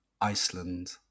Iceland